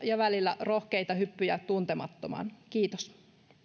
ja välillä rohkeita hyppyjä tuntemattomaan kiitos